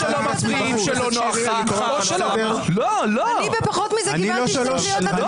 ------ אני על פחות מזה קיבלתי שתי קריאות.